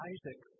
Isaac